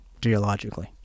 geologically